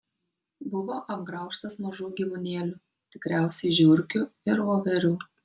buvo apgraužtas mažų gyvūnėlių tikriausiai žiurkių ir voverių